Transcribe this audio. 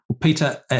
Peter